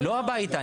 לא הביתה,